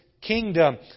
kingdom